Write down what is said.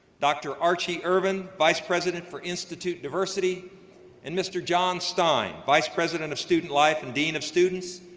dr. archie ervin, vice president for institute diversity and mr. john stein, vice president of student life and dean of students,